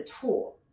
tool